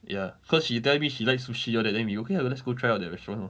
ya cause she tell me she like sushi all that then we okay ah let's go try out that restaurant lor